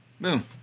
Boom